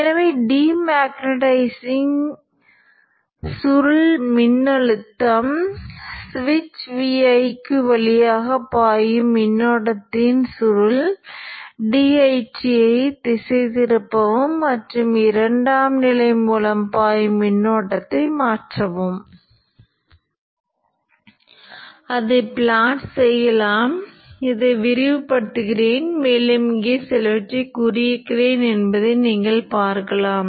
எனவே ஸ்விட்ச்ஐ ஆஃப் செய்த உடனேயே கசிவு காரணமாக கசிவு சக்தியானது அந்த கசிவை ஏற்படுத்தும் போது இப்போது இது போன்ற மிக உயர்ந்த ஸ்பைக்கை நீங்கள் பார்க்கலாம்